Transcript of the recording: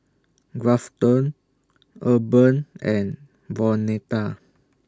Grafton Urban and Vonetta